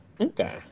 Okay